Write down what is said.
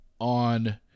on